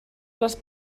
les